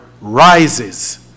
rises